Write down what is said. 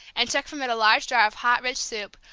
and took from it a large jar of hot rich soup,